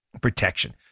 protection